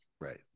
right